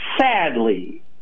sadly